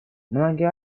многие